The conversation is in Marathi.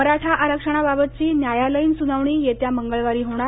मराठा आरक्षणाबाबतची न्यायालयीन सुनावणी येत्या मंगळवारी होणार